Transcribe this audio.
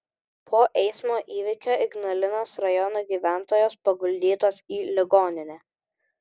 po eismo įvykio ignalinos rajono gyventojos paguldytos į ligoninę